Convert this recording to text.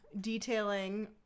detailing